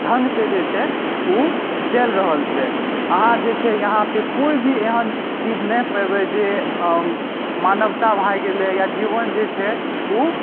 ढ़ङ्गसँ जे छै उ चलि रहल छै अहाँ जे छै यहाँपर कोइ भी एहन चीज नहि पेबै जे मानवता भए गेलै या जीवन जे छै उ